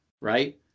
Right